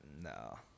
No